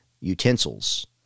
utensils